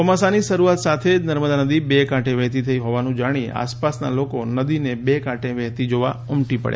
ચોમાસાની શરૂઆત સાથે જ નર્મદા નદી બે કાંઠે વહેતી થઈ હોવાનું જાણી આસપાસના લોકો નદી બે કાંઠે વહેતી જોવા ઉમટી પડયા હતા